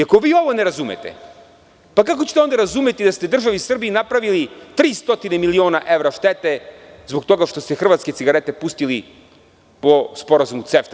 Ako vi ovo ne razumete, kako ćete onda razumeti da Srbiji državi napravili 300 miliona evra štete zbog toga što ste hrvatske cigarete pustili po Sporazumu CEFTA.